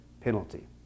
penalty